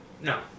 No